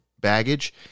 baggage